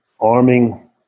Arming